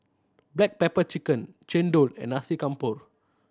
black pepper chicken chendol and Nasi Campur